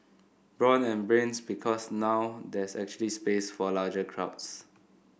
brawn and brains because now there's actually space for larger crowds